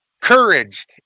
courage